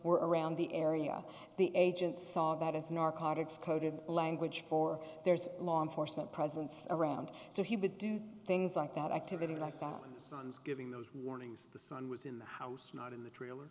were around the area the agents saw that as narcotics coded language for there's law enforcement presence around so he would do things like that activity and i found giving those warnings the son was in the house not in the trailer